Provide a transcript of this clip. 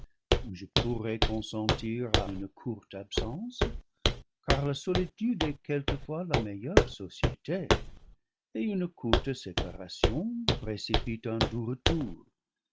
je pour rais consentir à une courte absence car la solitude est quel quefois la meilleure société et une courte séparation précipite un doux retour